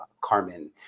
Carmen